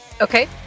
Okay